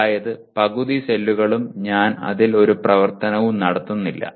അതായത് പകുതി സെല്ലുകളും ഞാൻ അതിൽ ഒരു പ്രവർത്തനവും നടത്തുന്നില്ല